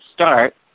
start